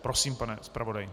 Prosím, pane zpravodaji.